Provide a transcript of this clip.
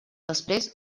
després